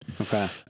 Okay